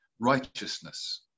Righteousness